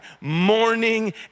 morning